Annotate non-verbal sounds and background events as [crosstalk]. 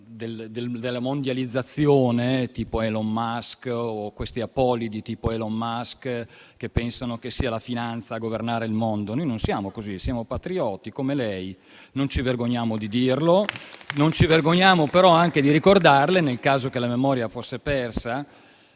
della mondializzazione o gli apolidi tipo Elon Musk, che pensano che sia la finanza a governare il mondo. Noi non siamo così: siamo patrioti come lei e non ci vergogniamo di dirlo. [applause] Ma non ci vergogniamo neanche di ricordarle, nel caso che la memoria fosse persa,